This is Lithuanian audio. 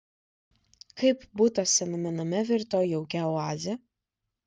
kaip butas sename name virto jaukia oaze